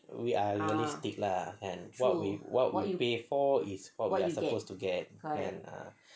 we are realistic lah kan what we what we pay for is what we suppose to get